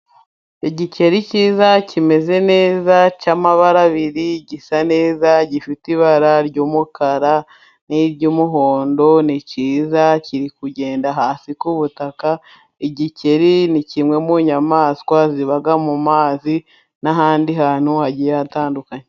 Igikeri cyiza kimeze neza cy'amabara abiri gisa neza gifite ibara ry'umukara n'iry'umuhondo, ni cyiza kiri kugenda hasi ku butaka. Igikeri ni kimwe mu nyamaswa ziba mu mazi n'ahandi hantu hagiye hatandukanye.